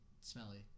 Smelly